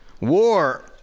War